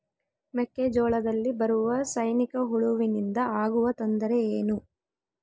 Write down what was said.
ಮೆಕ್ಕೆಜೋಳದಲ್ಲಿ ಬರುವ ಸೈನಿಕಹುಳುವಿನಿಂದ ಆಗುವ ತೊಂದರೆ ಏನು?